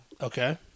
Okay